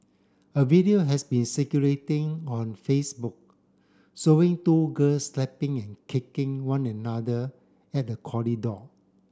a video has been circulating on Facebook showing two girls slapping and kicking one another at a corridor